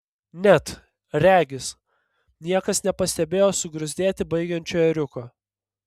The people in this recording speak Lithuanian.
net regis niekas nepastebėjo sugruzdėti baigiančio ėriuko